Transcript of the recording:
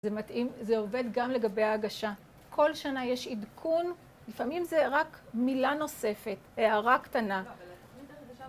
זה עובד גם לגבי ההגשה, כל שנה יש עדכון, לפעמים זה רק מילה נוספת, הערה קטנה